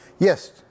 Yes